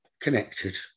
connected